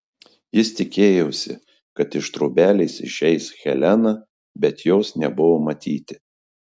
jis tikėjosi kad iš trobelės išeis helena bet jos nebuvo matyti